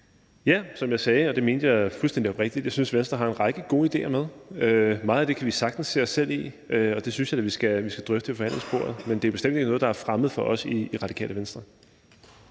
Ja, som jeg sagde – og det mente jeg fuldstændig oprigtigt – synes jeg, at Venstre har en række gode idéer med. Meget af det kan vi sagtens se os selv i, og det synes jeg da vi skal drøfte ved forhandlingsbordet. Men det er bestemt ikke noget, der er fremmed for os i Radikale Venstre.